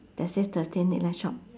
that says thursday late night shop